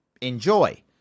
Enjoy